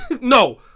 No